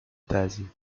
tesi